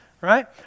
Right